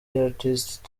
artist